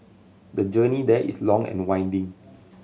the journey there is long and winding